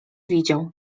widział